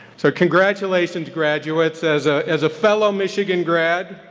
so congratulations graduates. as ah as a fellow michigan grad,